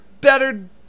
better